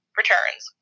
returns